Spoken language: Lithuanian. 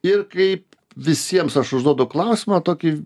ir kaip visiems aš užduodu klausimą tokį